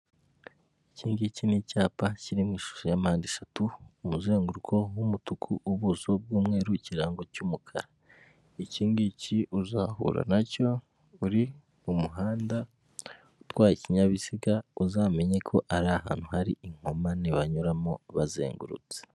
Iki ngiki n'icyapa kiri mu ishusho ya mande eshatu, umuzenguruko w'umutuku, ubuso bw'umweru, ikirango cy'umukara. Iki ngiki uzahura nacyo uri mu muhanda utwaye ikinyabiziga,, uzamenye ko ari ahantu hari inkomane, banyuramo bazengurutse.